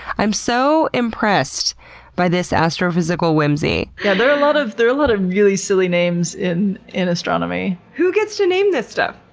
i'm so impressed by this astrophysical whimsy. yeah there are a lot of there are a lot of really silly names in an astronomy. who gets to name this stuff?